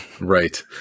Right